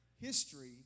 history